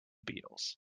beatles